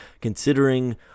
considering